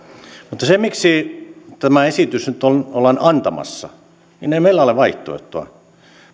mutta miksi tämä esitys nyt ollaan antamassa ei meillä ole vaihtoehtoa